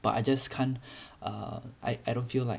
but I just can't err I I don't feel like